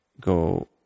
go